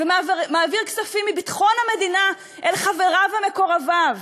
ומעביר כספים מביטחון המדינה אל חבריו ומקורביו.